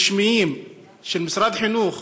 רשמיים, של משרד החינוך,